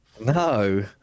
No